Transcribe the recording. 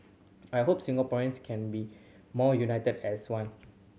I hope Singaporeans can be more united as one